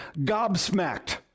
gobsmacked